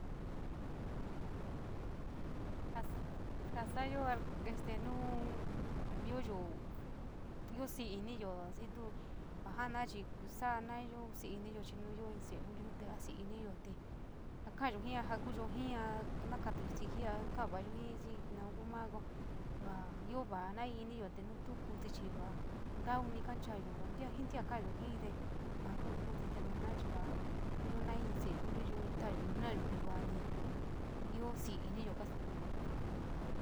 Jaa ja sa´ayo este nuu io yo iosi iniyo si tu va jana chi so´a naiyo kosí, niiyo chi in sele luliyo te asni in yio te ja kaayo jii ja fatuyo jii, o na nokatoyo sití et kara vaya jii mau kua ma ko va e va noi iniyo te tuo kuu chi va atnou? Kanchoyo va tibí, va ntía ji. Kaayo te maa kuu kuiti, na iniyo et io nai in sele luliyo intaayo, in na´ayo te va nio io si´i ni kasukuyo.